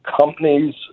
companies